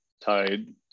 tide